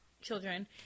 children